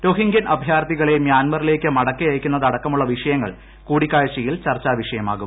രൊഹിങ്ക്യൻ അഭയാർത്ഥികളെ മ്യാൻമാറിലേക്ക് മടക്കി അയക്കുന്നത് അടക്കമുള്ള വിഷയങ്ങൾ കൂടിക്കാഴ്ചയിൽ ചർച്ചാ വിഷയമാകും